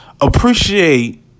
appreciate